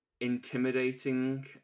intimidating